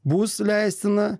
bus leistina